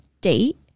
date